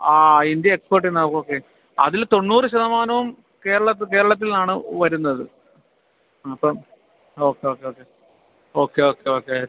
ആ India export ചെയ്യുന്ന okay അതിൽ തൊണ്ണൂറ് ശതമാനവും കേരളത്ത് കേരളത്തിൽ നിന്നാണ് വരുന്നത് അപ്പം okay okay okay okay okay okay